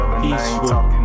peaceful